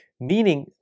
Meaning